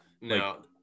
no